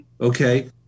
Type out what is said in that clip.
okay